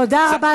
תודה רבה.